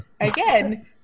Again